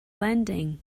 landing